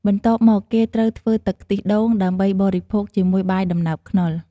បន្ទាប់មកគេត្រូវធ្វើទឹកខ្ទិះដូង ដើម្បីបរិភោគជាមួយបាយដំណើបខ្នុរ។